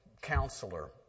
counselor